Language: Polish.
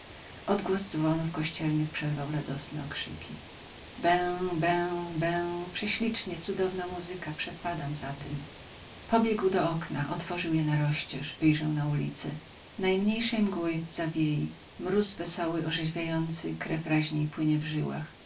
odgłos dzwonów kościelnych przerwał radosne okrzyki bę bę bę prześlicznie cudowna muzyka przepadam za tem pobiegł do okna otworzył je na rozcież wyjrzał na ulicę najmniejszej mgły zawiei mróz wesoły orzeźwiający krew raźniej płynie w żyłach